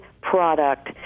product